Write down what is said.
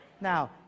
now